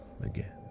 again